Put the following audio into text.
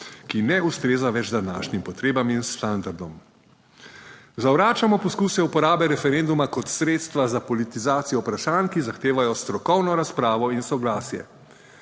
ki ne ustreza več današnjim potrebam in standardom. Zavračamo poskuse uporabe referenduma kot sredstva za politizacijo vprašanj, ki zahtevajo strokovno razpravo in soglasje.